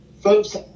Folks